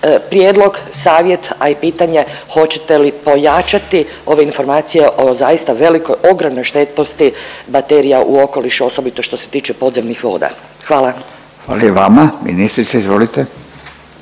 Prijedlog, savjet, a i pitanje, hoćete li pojačati ove informacije o zaista velikoj, ogromnoj štetnosti baterija u okolišu, osobito što se tiče podzemnih voda? Hvala. **Radin, Furio